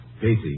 Casey